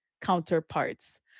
counterparts